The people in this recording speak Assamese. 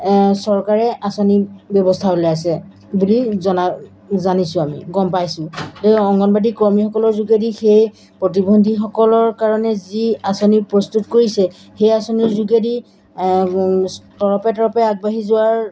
চৰকাৰে আঁচনি ব্যৱস্থা ওলাইছে বুলি জনা জানিছোঁ আমি গম পাইছোঁ এই অংগনবাদী কৰ্মীসকলৰ যোগেদি সেই প্ৰতিবন্ধীসকলৰ কাৰণে যি আঁচনি প্ৰস্তুত কৰিছে সেই আঁচনিৰ যোগেদি তৰপে তৰপে আগবাঢ়ি যোৱাৰ